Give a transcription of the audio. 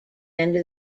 end